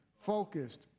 focused